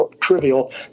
trivial